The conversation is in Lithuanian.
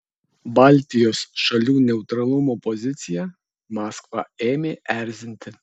baltijos šalių neutralumo pozicija maskvą ėmė erzinti